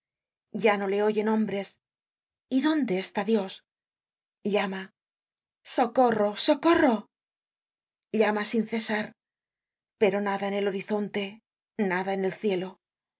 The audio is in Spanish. ya no le oyen hombres y dónde está dios llama socorro socorro llama sin cesar pero nada en el horizonte nada en el cielo